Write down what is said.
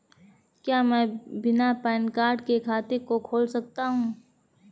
क्या मैं बिना पैन कार्ड के खाते को खोल सकता हूँ?